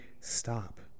stop